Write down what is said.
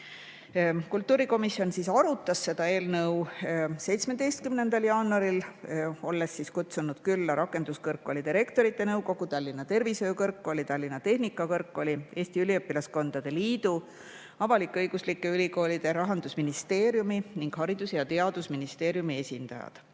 Kultuurikomisjon arutas seda eelnõu 17. jaanuaril, olles kutsunud külla Rakenduskõrgkoolide Rektorite Nõukogu, Tallinna Tervishoiu Kõrgkooli, Tallinna Tehnikakõrgkooli, Eesti Üliõpilaskondade Liidu, avalik-õiguslike ülikoolide, Rahandusministeeriumi ning Haridus‑ ja Teadusministeeriumi esindajad.